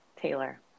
Taylor